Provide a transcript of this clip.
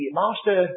master